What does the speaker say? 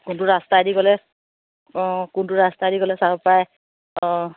কোনটো ৰাস্তাই দি গ'লে অঁ কোনটো ৰাস্তাই দি গ'লে চাব পাৰে অঁ